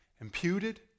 Imputed